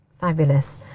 Fabulous